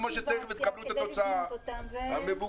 כמו שצריך ותקבלו את התוצאה המבוקשת.